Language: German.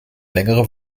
längere